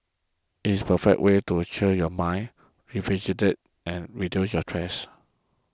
it's the perfect way to your mind rejuvenate and reduce your stress